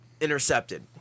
intercepted